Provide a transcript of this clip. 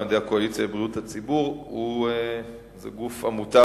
תוצאות מחקר